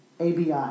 ABI